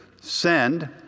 send